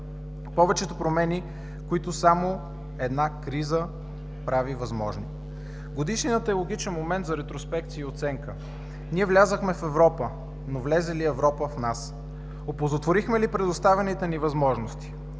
повечето промени, които само една криза прави възможни. Годишнината е логичен момент за ретроспекция и оценка. Ние влязохме в Европа, но влезе ли Европа в нас, оползотворихме ли предоставените ни възможности?